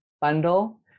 bundle